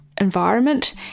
environment